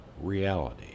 reality